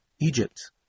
Egypt